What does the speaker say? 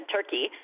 Turkey